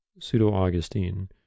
Pseudo-Augustine